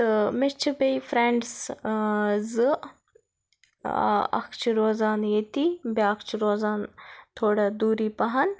تہٕ مےٚ چھِ بیٚیہِ فرٛینٛڈٕس زٕ اَکھ چھِ روزان ییٚتی بیٛاکھ چھِ روزان تھوڑا دوٗری پَہَم